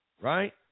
right